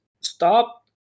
stop